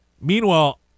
Meanwhile